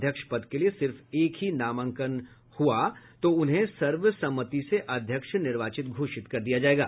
अध्यक्ष पद के लिए सिर्फ एक ही नामांकन हुआ तो उन्हें सर्वसम्मति से अध्यक्ष निर्वाचित घोषित कर दिया जायेगा